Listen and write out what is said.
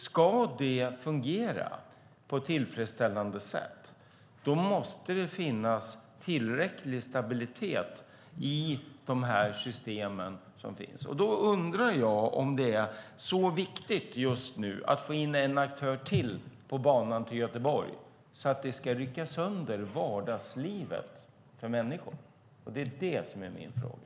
Ska det fungera på ett tillfredsställande sätt måste det finnas tillräcklig stabilitet i dessa system. Då undrar jag om det just nu är så viktigt att få in en aktör till på banan till Göteborg att det ska rycka sönder vardagslivet för människor. Det är det som är min fråga.